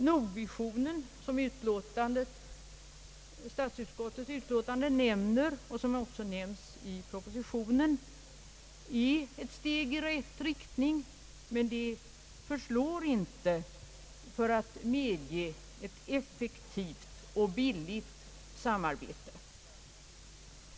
Nordvisionen, som statsutskottets utlåtande omnämner och som även omnämnes i propositionen, är ett steg åt rätt håll men förslår inte för att medge ett effektivt och billigt samarbete i nordisk regi.